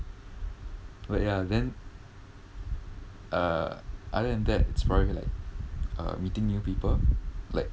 but ya then uh other than that it's probably like meeting new people like